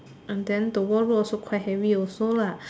and the workload also quite heavy also lah